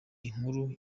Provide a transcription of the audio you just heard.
inkuru